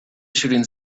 shooting